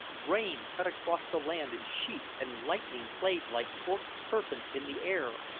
rain cut across the land in sheets, and lightning played like forked serpents in the air,